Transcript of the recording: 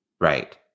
Right